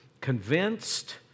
convinced